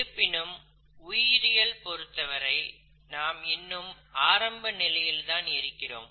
இருப்பினும் உயிரியல் பொருத்தவரை நாம் இன்னும் ஆரம்ப நிலையில்தான் இருக்கிறோம்